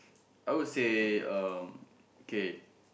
I would say um okay